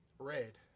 Red